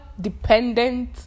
dependent